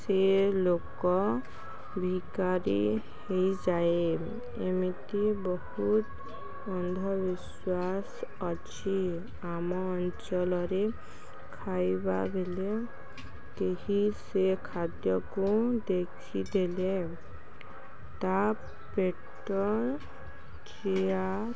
ସେ ଲୋକ ଭିକାରୀ ହେଇଯାଏ ଏମିତି ବହୁତ ଅନ୍ଧବିଶ୍ୱାସ ଅଛି ଆମ ଅଞ୍ଚଳରେ ଖାଇବାବେଳେ କେହି ସେ ଖାଦ୍ୟକୁ ଦେଖିଦେଲେ ତା ପେଟ ଚିଆ